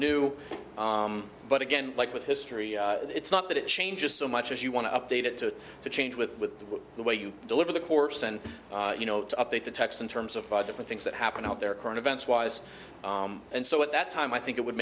new but again like with history it's not that it changes so much as you want to update it to to change with the way you deliver the course and you know to update the text in terms of different things that happen at their current events wise and so at that time i think it would